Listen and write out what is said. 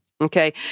Okay